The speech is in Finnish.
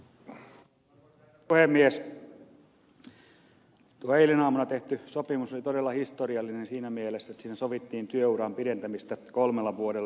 tuo eilen aamulla tehty sopimus oli todella historiallinen siinä mielessä että siinä sovittiin työuran pidentämisestä kolmella vuodella